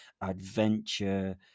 adventure